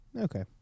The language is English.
Okay